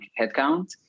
headcount